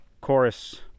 chorus